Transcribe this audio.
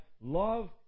Love